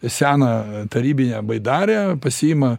seną tarybinę baidarę pasiima